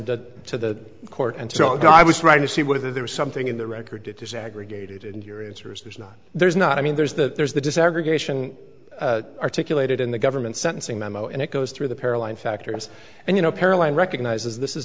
mailed to the court and so i was trying to see whether there was something in the record it is aggregated in your answers there's not there's not i mean there's the there's the desegregation articulated in the government sentencing memo and it goes through the paralyzing factors and you know caroline recognizes this is